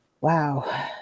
wow